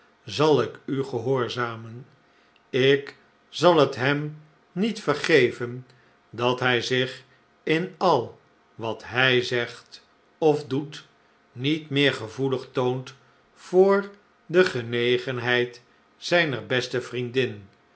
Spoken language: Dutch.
zal ik u gehoorzamen ik kan het hem niet vergeven dat hij zich in al wat hij zegt of doet niet meer gevoelig toont voor de genegenheid zijner beste vriendin